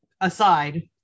aside